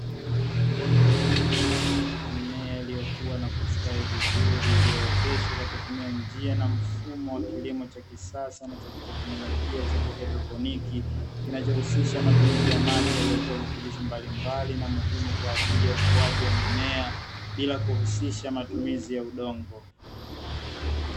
Mimea iliyokua na kustawi vizuri iliyooteshwa kwa kutumia njia na mfumo wa kisasa wa kilimo cha "kihaidroponiki", kinachohusisha matumizi ya maji yaletayo virutubisho mbalimbali na muhimu kwa ajili ukuaji wa mimea bila kuhusisha matumizi ya udongo.